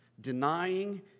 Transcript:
denying